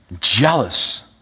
jealous